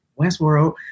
Westworld